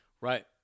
Right